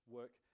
work